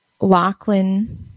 Lachlan